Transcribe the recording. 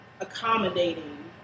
accommodating